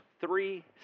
three